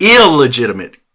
illegitimate